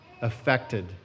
affected